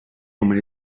woman